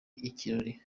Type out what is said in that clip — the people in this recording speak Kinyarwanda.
ikirori